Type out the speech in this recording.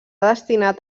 destinat